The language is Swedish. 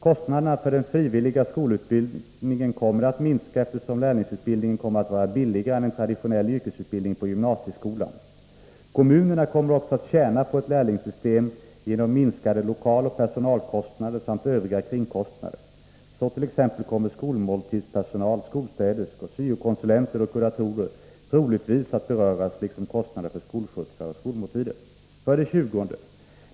Kostnaderna för den frivilliga skolutbildningen kommer att minska, eftersom lärlingsutbildningen kommer att vara billigare än en traditionell yrkesutbildning på gymnasieskolan. Kommunerna kommer också att ”tjäna” på ett lärlingssystem genom minskade lokaloch personalkostnader samt övriga kringskostnader. Så t.ex. kommer skolmåltidspersonal, skolstäderskor, syo-konsulenter och kuratorer troligtvis att beröras liksom kostnaden för skolskjutsar och skolmåltider. 20.